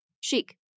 chic